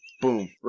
Boom